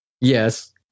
Yes